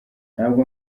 ntabwo